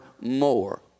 more